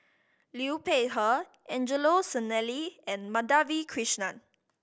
Liu Peihe Angelo Sanelli and Madhavi Krishnan